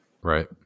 Right